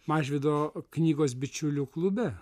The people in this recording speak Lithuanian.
mažvydo knygos bičiulių klube